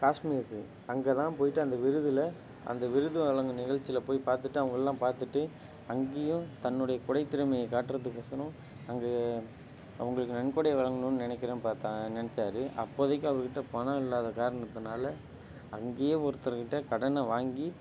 காஷ்மீருக்கு அங்கே தான் போயிட்டு அந்த விருதில் அந்த விருது வழங்கும் நிகழ்ச்சிலப் போய் பார்த்துட்டு அவங்கள்லாம் பார்த்துட்டு அங்கேயும் தன்னுடைய கொடை திறமையை காட்டுறத்துக்கொசரம் அங்கே அவங்களுக்கு நன்கொடை நினைக்கிறேன் பார்த்தா நினச்சாரு அப்போதைக்கு அவருக் கிட்ட பணம் இல்லாத காரணத்துனால அங்கையே ஒருத்தர்க் கிட்ட கடனை வாங்கி